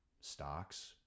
stocks